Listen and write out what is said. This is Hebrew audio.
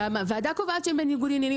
והוועדה קובעת שהם בניגוד עניינים,